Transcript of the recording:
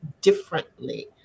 differently